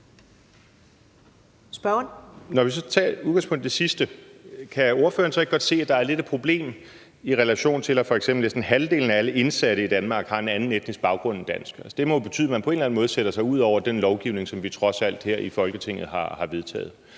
Når vi så tager udgangspunkt i det sidste, kan ordføreren så ikke godt se, at der lidt er et problem i relation til, at f.eks. næsten halvdelen af alle indsatte i Danmark har en anden etnisk baggrund end dansk? Det må jo betyde, at man på en eller anden måde sætter sig ud over den lovgivning, som vi trods her i Folketinget har vedtaget.